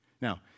Now